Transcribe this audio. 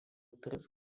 tris